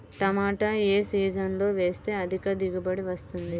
టమాటా ఏ సీజన్లో వేస్తే అధిక దిగుబడి వస్తుంది?